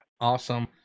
Awesome